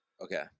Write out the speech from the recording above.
Okay